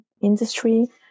industry